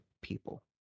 people